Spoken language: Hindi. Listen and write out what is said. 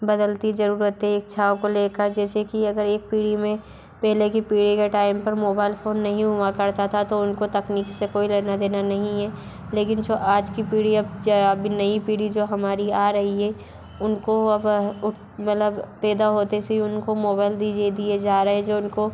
बदलती जरूरतें इच्छाओं को लेकर जैसे कि अगर एक पीढ़ी में पहले की पीढ़ी के टाइम पर मोबाइल फ़ोन नहीं हुआ करता था तो उनको तकनीक से कोई लेना देना नहीं है लेकिन जो आज की पीढ़ी अब अब नई पीढ़ी जो हमारी आ रही है उनको अब उठ मतलब पैदा होते से ही उनको मोबाइल दिए जा रहे हे जो उनको